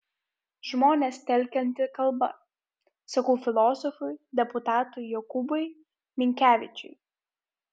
žmones telkianti kalba sakau filosofui deputatui jokūbui minkevičiui